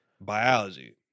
Biology